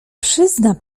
przyzna